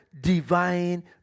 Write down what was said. divine